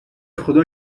خدا